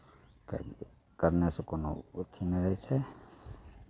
कर करनेसँ कोनो ओथि नहि रहै छै